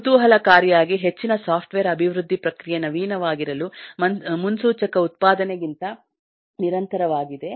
ಕುತೂಹಲಕಾರಿಯಾಗಿ ಹೆಚ್ಚಿನ ಸಾಫ್ಟ್ವೇರ್ ಅಭಿವೃದ್ಧಿ ಪ್ರಕ್ರಿಯೆ ನವೀನವಾಗಿರಲು ಮುನ್ಸೂಚಕ ಉತ್ಪಾದನೆಗಿಂತ ನಿರಂತರವಾಗಿದೆ